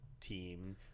team